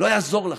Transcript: לא יעזור לכם.